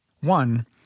One